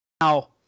now